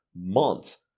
months